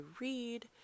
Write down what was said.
read